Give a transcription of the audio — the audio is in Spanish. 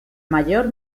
mayor